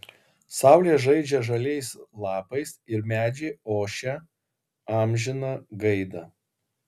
saulė žaidžia žaliais lapais ir medžiai ošia amžiną gaidą